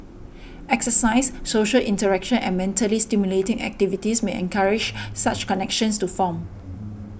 exercise social interaction and mentally stimulating activities may encourage such connections to form